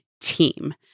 team